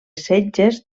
setges